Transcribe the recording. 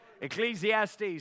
Ecclesiastes